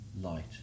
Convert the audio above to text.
light